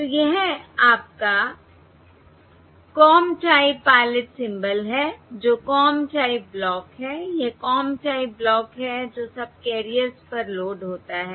तो यह आपका कॉम टाइप पायलट सिंबल है जो कॉम टाइप ब्लॉक है यह कॉम टाइप ब्लॉक है जो सबकैरियर्स पर लोड होता है